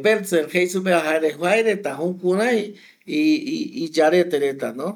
predzel jei reta supe va jaereta jukurei iyarete reta.